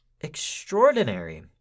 extraordinary